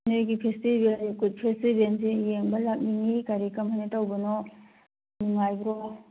ꯅꯣꯏꯒꯤ ꯐꯦꯁꯇꯤꯕꯦꯜ ꯀꯨꯠ ꯐꯦꯁꯇꯤꯕꯦꯜꯁꯦ ꯌꯦꯡꯕ ꯂꯥꯛꯅꯤꯡꯉꯤ ꯀꯔꯤ ꯀꯃꯥꯏꯅ ꯇꯧꯕꯅꯣ ꯅꯨꯡꯉꯥꯏꯕ꯭ꯔꯣ